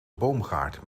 boomgaard